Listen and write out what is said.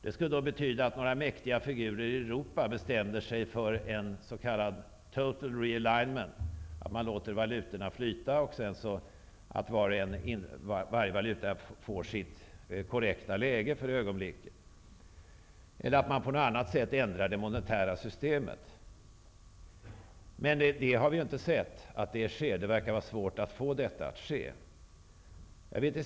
Det betyder att några mäktiga figurer i Europa skulle bestämma sig för en s.k. total realignment, dvs. att man låter valutorna flyta så, att varje valuta för ögonblicket får sitt korrekta läge. Eller också ändrar man det monetära systemet på något annat sätt. Men än så länge har vi ju inte sett någonting av detta. Det verkar vara svårt att få någon sådan förändring till stånd.